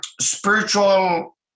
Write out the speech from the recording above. spiritual